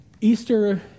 Easter